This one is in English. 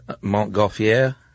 Montgolfier